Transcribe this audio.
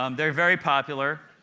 um they're very popular.